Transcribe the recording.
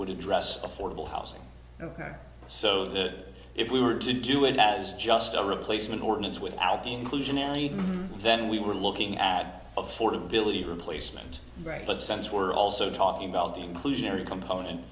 would address affordable housing ok so that if we were to do it as just a replacement ordinance without inclusionary then we were looking at affordability replacement but since we're also talking about the inclusionary component